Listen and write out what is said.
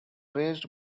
raised